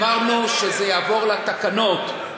אמרנו שזה יעבור לתקנות.